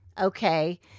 Okay